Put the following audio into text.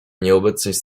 nieobecność